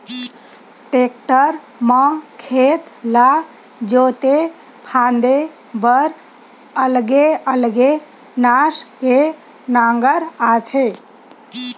tractor म खेत ला जोते फांदे बर अलगे अलगे नास के नांगर आथे